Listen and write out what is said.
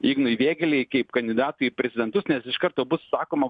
ignui vėgėlei kaip kandidatui į prezidentus nes iš karto bus sakoma